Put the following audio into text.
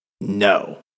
No